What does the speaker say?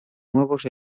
nuevos